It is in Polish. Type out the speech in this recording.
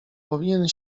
powinien